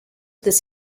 this